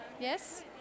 Yes